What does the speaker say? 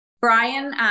Brian